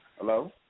Hello